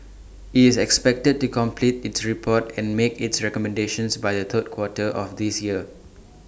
IT is expected to complete its report and make its recommendations by the third quarter of this year